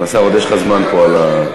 סגן השר, עוד יש לך זמן פה על הדוכן.